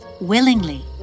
willingly